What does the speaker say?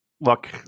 Look